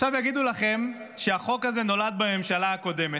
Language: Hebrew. עכשיו יגידו לכם שהחוק הזה נולד בממשלה הקודמת.